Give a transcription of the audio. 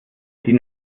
die